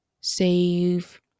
save